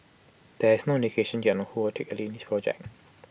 there is no indication yet on who take the lead in this project